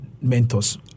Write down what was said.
mentors